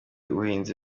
ubuhinzi